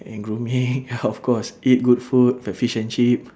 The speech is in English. and grooming of course eat good food the fish and chip